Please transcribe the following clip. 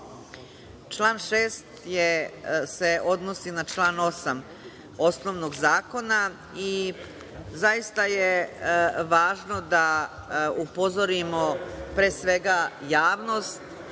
Član 6. se odnosi na član 8. osnovnog zakona. Zaista je važno da upozorimo pre svega javnost,